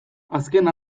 azken